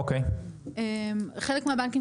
חלק מהבנקים,